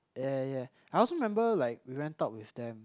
ya ya ya I also remember like we went out with them